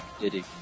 Diddy